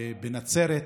בנצרת,